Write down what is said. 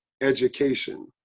education